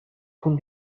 con